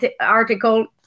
article